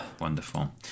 Wonderful